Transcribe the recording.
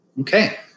Okay